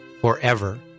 forever